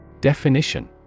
Definition